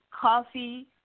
coffee